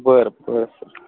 बरं बरं सर